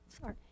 Sorry